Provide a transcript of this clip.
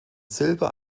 silber